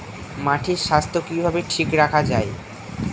মাটির স্বাস্থ্য কিভাবে ঠিক রাখা যায়?